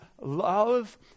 love